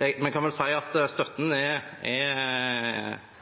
Vi kan vel si at støtten ikke er nok til å dekke alle kostnader for alle elever. Det er